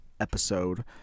Episode